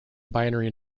binary